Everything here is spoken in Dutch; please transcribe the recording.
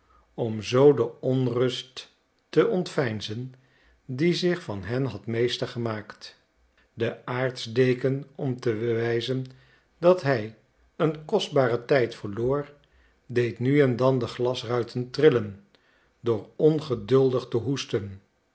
om zoo de onrust te ontveinzen die zich van hen had meester gemaakt de aartsdeken om te bewijzen dat hij een kostbaren tijd verloor deed nu en dan de glasruiten trillen door ongeduldig te hoesten